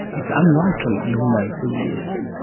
it's unlikely you'll know who he is.